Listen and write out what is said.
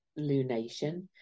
lunation